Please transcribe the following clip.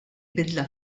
bidla